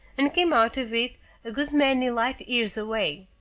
and came out of it a good many light-years away.